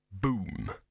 Boom